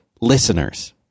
listeners